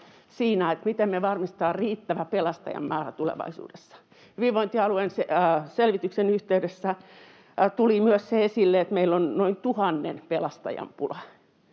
miten me varmistetaan riittävä pelastajien määrä tulevaisuudessa. Hyvinvointialueselvityksen yhteydessä tuli myös esille se, että meillä on noin tuhannen pelastajan pula